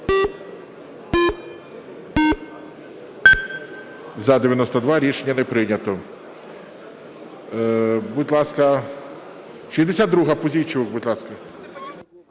За-92 Рішення не прийнято. Будь ласка, 62-а, Пузійчук. Будь ласка.